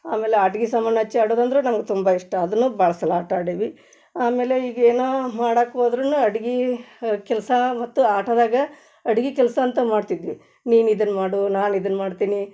ಆಮೇಲೆ ಆಟ್ಗಿ ಸಾಮಾನು ಹಚ್ಚಿ ಆಡೋದಂದರೂ ನಮ್ಗೆ ತುಂಬ ಇಷ್ಟ ಅದನ್ನೂ ಭಾಳ ಸಲ ಆಟ ಆಡೀವಿ ಆಮೇಲೆ ಈಗ ಏನೋ ಹಾಡಕ್ಕೆ ಹೋದ್ರುನು ಅಡ್ಗೆ ಕೆಲಸ ಮತ್ತು ಆಟದಾಗ ಅಡ್ಗೆ ಕೆಲಸ ಅಂತ ಮಾಡ್ತಿದ್ವಿ ನೀನು ಇದನ್ನು ಮಾಡು ನಾನು ಇದನ್ನು ಮಾಡ್ತೀನಿ